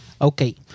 Okay